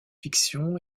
fiction